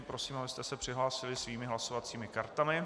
Prosím, abyste se přihlásili svými hlasovacími kartami.